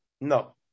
No